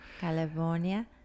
California